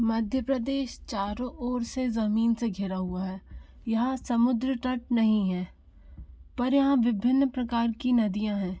मध्य प्रदेश चारों ओर से ज़मीन से घिरा हुआ है यहाँ समुद्र तट नहीं है पर यहाँ विभिन्न प्रकार की नदियाँ हैं